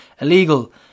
Illegal